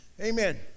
Amen